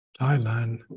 Thailand